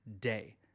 day